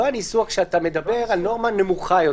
הניסוח כשאתה מדבר על נורמה נמוכה יותר.